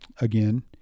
again